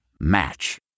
Match